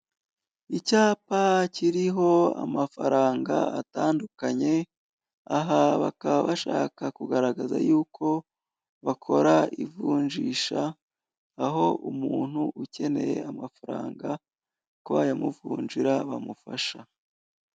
Icyapa kiriho amafaranga atandukanye. Aha bakaba bashaka kugaragaza yuko bakora ivunjisha, aho umuntu ukeneye amafaranga ko bayamuvunjira bamufasha.